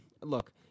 look